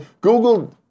Google